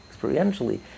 experientially